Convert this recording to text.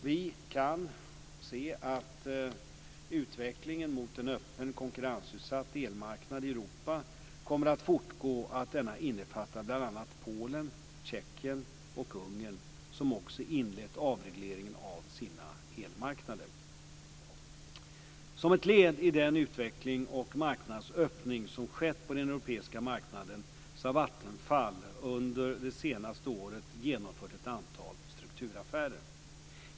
Vi kan se att utvecklingen mot en öppen, konkurrensutsatt elmarknad i Europa kommer att fortgå och att denna innefattar bl.a. Polen, Tjeckien och Ungern, som också inlett avregleringen av sina elmarknader. Som ett led i den utveckling och marknadsöppning som skett på den europeiska marknaden så har Vattenfall under det senaste året genomfört ett antal strukturaffärer.